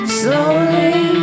slowly